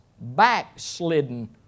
backslidden